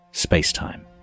space-time